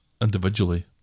individually